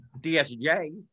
DSJ